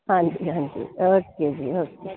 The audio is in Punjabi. ਹਾਂਜੀ ਹਾਂਜੀ ਓਕੇ ਜੀ ਓਕੇ